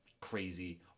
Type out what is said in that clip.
crazy